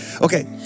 Okay